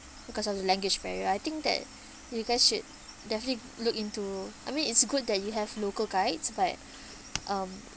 because of the language barrier I think that you guys should definitely look into I mean it's good that you have local guides but um